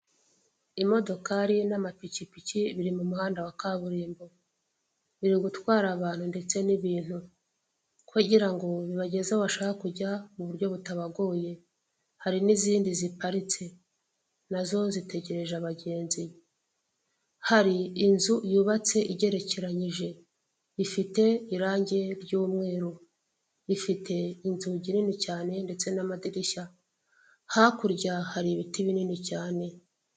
Imodokari n'amapikipiki biri mu muhanda wa kaburimbo biri gutwara abantu ndetse n'ibintu, kugirango bibageze aho bashaka kujya mu buryo butabagoye. Hari n'izindi ziparitse nazo zitegereje abagenzi, hari inzu yubatse igerekeranyije ifite irange ry'umweru, ifite inzugi nini cyane ndetse n'amadirishya hakurya hari ibiti binini cyane.